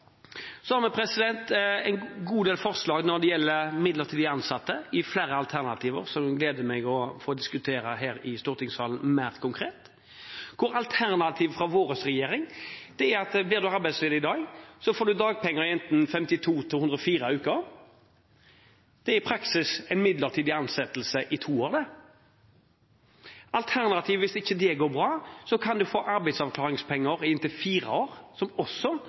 gleder meg til å få diskutere mer konkret her i stortingssalen. Alternativet fra vår regjering er at om man blir arbeidsledig i dag, kan man få dagpenger i 52 til 104 uker. Det er i praksis en midlertidig ansettelse i to år, det. Alternativt, hvis ikke det går bra, kan man få arbeidsavklaringspenger i inntil 4 år, som også